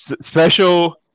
Special